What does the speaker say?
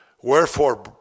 Wherefore